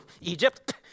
Egypt